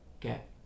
get